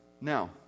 now